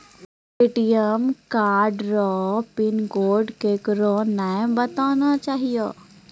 ATM card रो pin code केकरै नाय बताना चाहियो